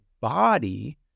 body